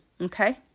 Okay